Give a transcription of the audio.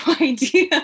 idea